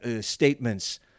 statements